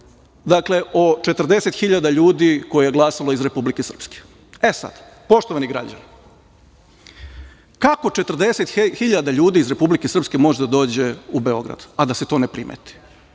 setili, o 40.000 hiljada ljudi koje je glasalo iz Republike Srpske.E, sada, poštovani građani, kako 40.000 ljudi iz Republike Srpske može da dođe u Beograd, a da se to ne primeti?